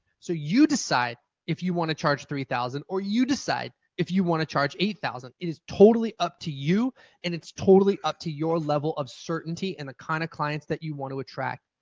so you decide if you want to charge three thousand or you decide if you want to charge eight thousand is totally up to you and it's totally up to your level of certainty and the kind of clients that you want to attract.